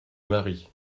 mari